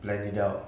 plan it out